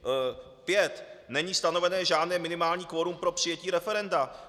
Za páté: Není stanoveno žádné minimální kvorum pro přijetí referenda.